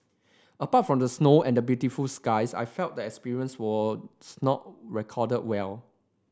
apart from the snow and the beautiful skies I felt the experience was not recorded well